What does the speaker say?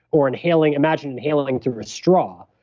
or inhaling, imagine inhaling through a straw,